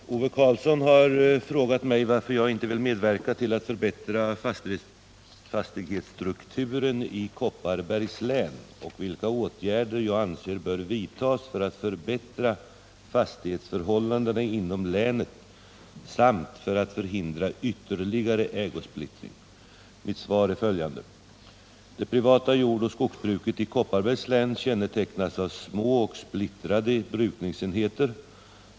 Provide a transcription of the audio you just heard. Herr talman! Ove Karlsson har frågat mig varför jag inte vill medverka till att förbättra fastighetsstrukturen i Kopparbergs län och vilka åtgärder jag anser bör vidtas för att förbättra fastighetsförhållandena inom länet samt för alt förhindra ytterligare ägosplittring. Mitt svar är följande. Det privata jord och skogsbruket i Kopparbergs län kännetecknas av små och splittrade brukningsenheter.